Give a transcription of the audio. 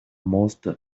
most